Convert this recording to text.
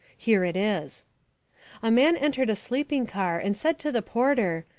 here it is a man entered a sleeping-car and said to the porter,